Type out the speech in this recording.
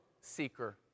seeker